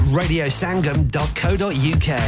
radiosangam.co.uk